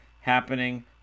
happening